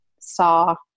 saw